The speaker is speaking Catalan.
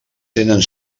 tenen